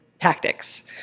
tactics